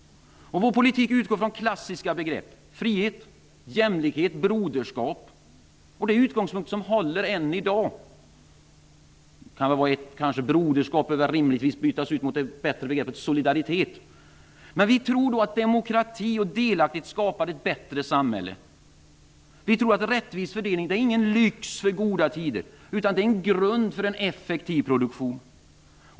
Vår politik utgår från klassiska begrepp -- frihet, jämlikhet och broderskap. Det är en utgångspunkt som håller än i dag. ''Broderskap'' borde dock kanske bytas ut mot det bättre begreppet ''solidaritet''. Vi tror att demokrati och delaktighet skapar ett bättre samhälle. Vi tror inte att en rättvis fördelning bara är en lyx för goda tider utan en grund för en effektiv produktion.